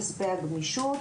כספי הגמישות,